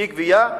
אי-גבייה,